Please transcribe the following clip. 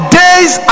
days